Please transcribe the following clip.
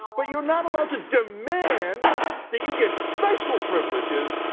but you're not allowed to demand that you get special privileges,